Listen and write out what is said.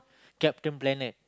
Captain-Planet